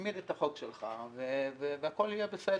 תצמיד את החוק שלך והכול יהיה בסדר.